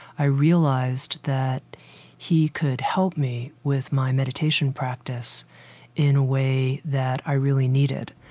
i realized that he could help me with my meditation practice in a way that i really needed.